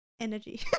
energy